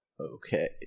Okay